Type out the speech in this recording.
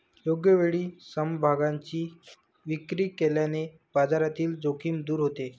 योग्य वेळी समभागांची विक्री केल्याने बाजारातील जोखीम दूर होते